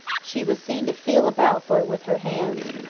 she was seen to feel about for it with her hands,